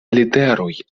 literoj